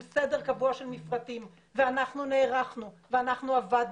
סדר קבוע של מפרטים ואנחנו נערכנו ואנחנו עבדנו,